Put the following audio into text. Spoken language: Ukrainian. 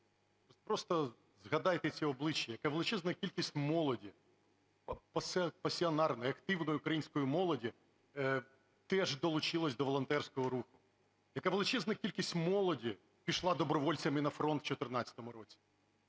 просто згадайте ці обличчя, яка величезна кількість молоді, пасіонарної, активної української молоді теж долучилась до волонтерського руху, яка величезна кількість молоді пішла добровольцями на фронт в 14-му році.